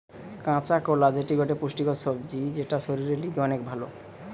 কাঁচা কোলা যেটি গটে পুষ্টিকর সবজি যেটা শরীরের লিগে অনেক ভাল